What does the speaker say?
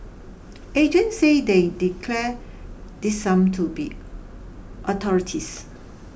agents say they declare this sum to be authorities